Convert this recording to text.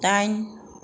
दाइन